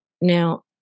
Now